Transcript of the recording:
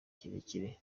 kirekire